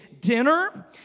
dinner